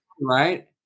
right